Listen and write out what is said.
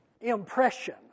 impression